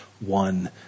one